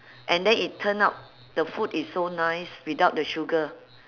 and then it turn out the food is so nice without the sugar